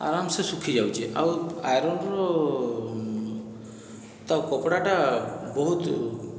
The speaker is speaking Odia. ଆରାମସେ ଶୁଖି ଯାଉଛେ ଆଉ ଆଇରନ୍ର ତା କପଡ଼ାଟା ବହୁତ